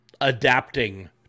adapting